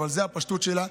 אבל זאת הפשטות שלה,